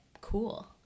cool